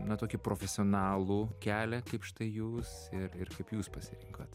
na tokį profesionalų kelią kaip štai jūs ir ir kaip jūs pasirinkot